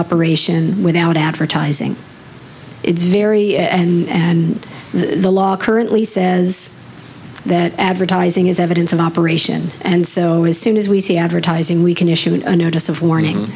operation without advertising it's very and the law currently says that advertising is evidence of operation and so as soon as we see advertising we can issued a notice of warning